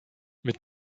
mit